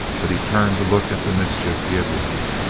but he turned to look at the mischief he had worked.